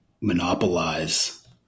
monopolize